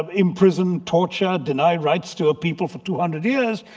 um imprison. torture. deny rights to a people for two hundred years.